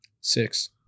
Six